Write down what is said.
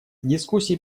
дискуссии